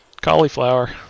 Cauliflower